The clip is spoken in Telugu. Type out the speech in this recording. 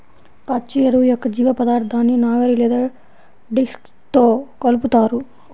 పచ్చి ఎరువు యొక్క జీవపదార్థాన్ని నాగలి లేదా డిస్క్తో కలుపుతారు